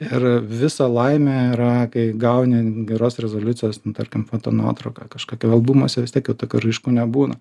ir visa laimė yra kai gauni geros rezoliucijos tarkim fotonuotrauką kažkokią albumuose vis tiek jau tokių raiškų nebūna